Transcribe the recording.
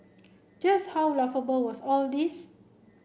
just how laughable was all this